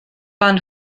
barn